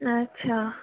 अच्छा